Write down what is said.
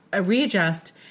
readjust